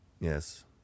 Yes